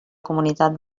comunitat